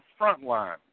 Frontline